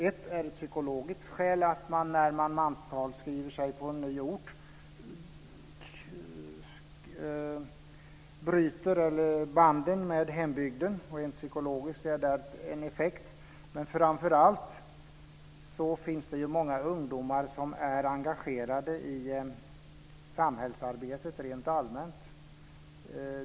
Ett är psykologiskt, nämligen att man när man mantalsskriver sig på en ny ort bryter banden med hembygden. Det kan ha denna psykologiska effekt. Men framför allt finns det många ungdomar som är engagerade i samhällsarbetet rent allmänt.